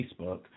Facebook